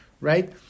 right